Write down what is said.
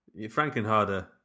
Frankenharder